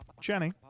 Jenny